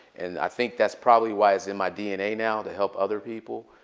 and i think that's probably why it's in my dna now to help other people,